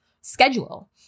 schedule